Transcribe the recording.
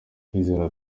kwizera